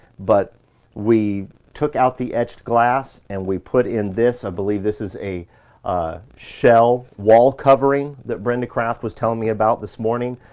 but we took out the etched glass and we put in this. i believe this is a shell wall covering that brenda craft was telling me about this morning,